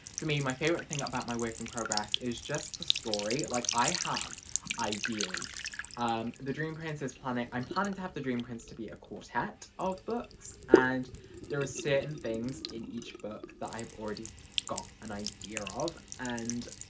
for me, my favorite thing about my work in progress is just the story like i have ideas, um the dream prince's planning i'm planning to have the dream prince to be a quartet of books and there are certain things in each book that i've already got an idea of and